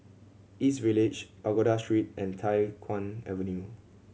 East Village Pagoda Street and Tai Hwan Avenue